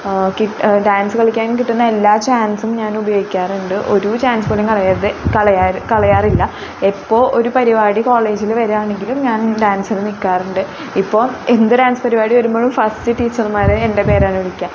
കി dance കളിക്കാൻ കിട്ടുന്ന എല്ലാ ചാൻസും ഞാൻ ഉപയോഗിക്കാറുണ്ട് ഒരു ചാൻസ് പോലും കളയാതെ കളയാറ് കളയാറില്ല എപ്പോൾ ഒരു പരിപാടി കോളേജിൽ വരുകയാണെങ്കിലും ഞാൻ ഡാൻസിന് നിൽക്കാറുണ്ട് ഇപ്പോൾ എന്ത് ഡാൻസ് പരിപാടി വരുമ്പോളും ഫസ്റ്റ് ടീച്ചർമാർ എൻ്റെ പേരാണ് വിളിക്കുക